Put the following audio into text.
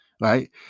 right